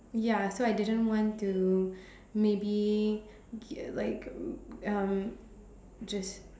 ya so I didn't want to maybe get like um just